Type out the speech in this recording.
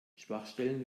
schwachstellen